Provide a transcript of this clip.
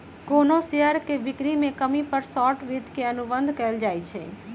कोनो शेयर के बिक्री में कमी पर शॉर्ट वित्त के अनुबंध कएल जाई छई